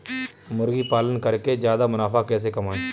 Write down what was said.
मुर्गी पालन करके ज्यादा मुनाफा कैसे कमाएँ?